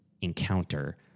encounter